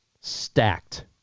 stacked